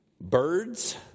birds